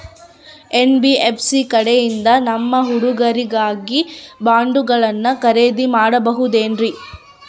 NBFC ಕಡೆಯಿಂದ ನಮ್ಮ ಹುಡುಗರಿಗಾಗಿ ಬಾಂಡುಗಳನ್ನ ಖರೇದಿ ಮಾಡಬಹುದೇನ್ರಿ?